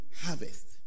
harvest